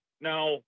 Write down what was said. now